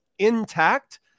Intact